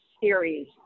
series